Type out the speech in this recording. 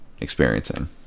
experiencing